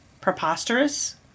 Preposterous